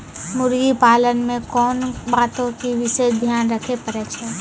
मुर्गी पालन मे कोंन बातो के विशेष ध्यान रखे पड़ै छै?